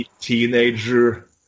teenager